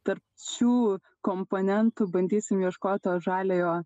tarp šių komponentų bandysim ieškot to žaliojo